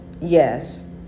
Yes